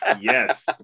Yes